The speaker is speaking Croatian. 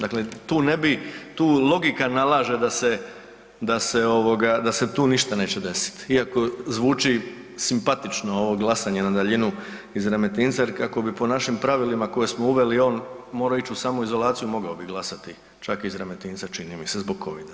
Dakle, tu ne bi, tu logika nalaže da se tu ništa neće desiti, iako zvuči simpatično glasanje na daljinu iz Remetinca jer kako bi po našim pravilima koja smo uveli on morao ići u samoizolaciju mogao bi glasati čak iz Remetinca čini mi se zbog covida.